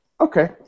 Okay